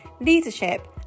leadership